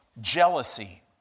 Jealousy